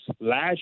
Last